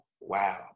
wow